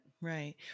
right